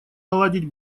наладить